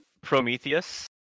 Prometheus